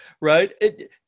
right